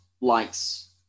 likes